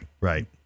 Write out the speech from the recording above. Right